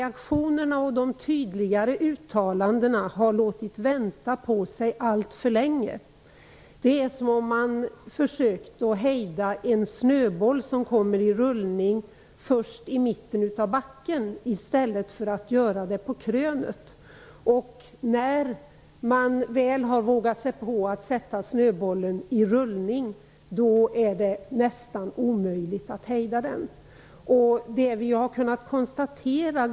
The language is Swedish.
Reaktionerna och de tydligare uttalandena har låtit vänta på sig alltför länge. Det är som om man har försökt att först mitt i backen hejda en snöboll som kommer i rullning i stället för att göra det på krönet. När snöbollen väl har fått rulla så långt är det nästan omöjligt att hejda den.